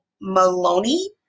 Maloney